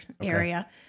area